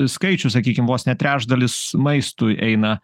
skaičius sakykim vos ne trečdalis maistui eina